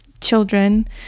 children